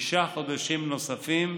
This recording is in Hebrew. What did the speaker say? שישה חודשים נוספים,